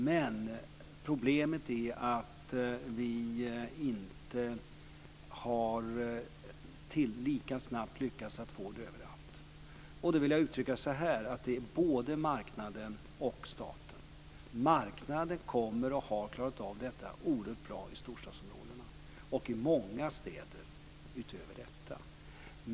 Men problemet är att vi inte har lyckats få det lika snabbt överallt. Då vill jag uttrycka det så här: Detta rör både marknaden och om staten. Marknaden har klarat och kommer att klara detta oerhört bra i storstadsområdena och i många städer därutöver.